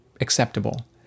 acceptable